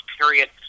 period